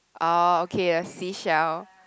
ah okay seashell